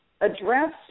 address